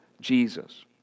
Jesus